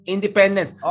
Independence